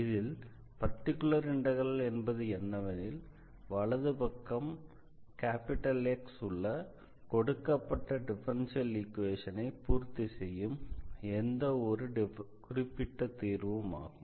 இதில் particular integral என்பது என்னவெனில் வலதுபுறம் X உள்ள கொடுக்கப்பட்ட டிஃபரன்ஷியல் ஈக்வேஷனை பூர்த்தி செய்யும் எந்த ஒரு குறிப்பிட்ட தீர்வும் ஆகும்